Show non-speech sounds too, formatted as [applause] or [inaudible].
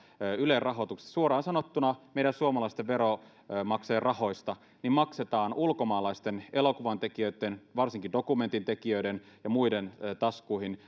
ylen rahoituksesta suoraan sanottuna meidän suomalaisten veronmaksajien rahoista maksetaan ulkomaalaisten elokuvantekijöitten varsinkin dokumentintekijöiden ja muiden taskuihin [unintelligible]